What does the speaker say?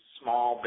small